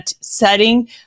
setting